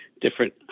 different